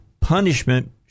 punishment